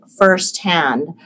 firsthand